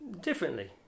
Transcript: differently